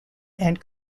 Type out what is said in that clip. and